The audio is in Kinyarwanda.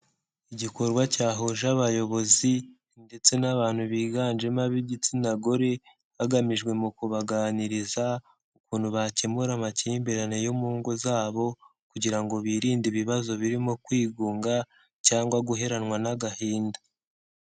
Igikorwa cyahuje abayobozi ndetse n'abantu biganjemo ab'igitsina gore, hagamijwe mu kubaganiriza ukuntu bakemura amakimbirane yo mu ngo zabo, kugira ngo birinde ibibazo birimo kwigunga cyangwa guheranwa n'agahinda.